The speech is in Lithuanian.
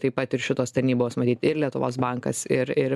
taip pat ir šitos tarnybos matyt ir lietuvos bankas ir ir